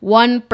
one